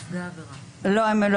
לא.